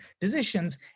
decisions